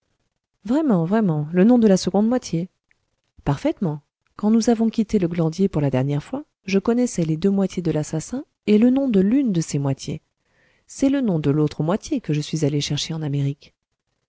vraiment vraiment le nom de la seconde moitié parfaitement quand nous avons quitté le glandier pour la dernière fois je connaissais les deux moitiés de l'assassin et le nom de l'une de ces moitiés c'est le nom de l'autre moitié que je suis allé chercher en amérique